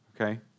okay